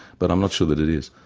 but i'm not sure that it is.